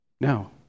No